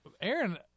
Aaron